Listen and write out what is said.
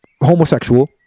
homosexual